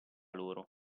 loro